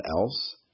else